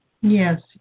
Yes